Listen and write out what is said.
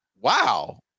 Wow